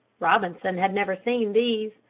robinson had never seen these.